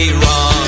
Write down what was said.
wrong